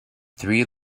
three